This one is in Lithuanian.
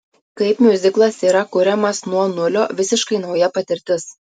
kaip miuziklas yra kuriamas nuo nulio visiškai nauja patirtis